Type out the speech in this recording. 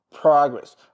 progress